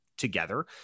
together